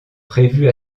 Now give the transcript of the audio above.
prévus